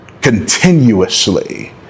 continuously